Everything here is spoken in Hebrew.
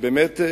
ובאמת,